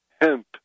hemp